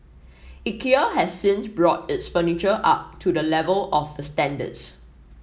Ikea has since brought its furniture up to the level of the standards